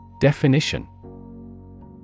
Definition